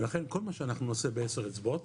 ולכן כל מה שאנחנו נעשה בעשר אצבעות